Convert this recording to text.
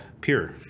pure